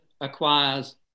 acquires